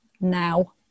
now